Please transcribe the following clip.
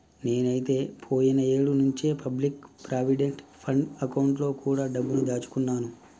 నేనైతే పోయిన ఏడు నుంచే పబ్లిక్ ప్రావిడెంట్ ఫండ్ అకౌంట్ లో కూడా డబ్బుని దాచుకున్నాను